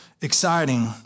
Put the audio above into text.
exciting